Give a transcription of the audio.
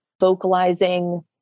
vocalizing